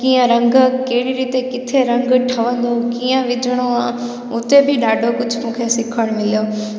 कीअं रंग कहिड़ी रीत किथे रंग ठहंदो कीअं विझिणो आहे उते बि ॾाढो कुझु मूंखे सिखणु मिलियो